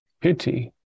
pity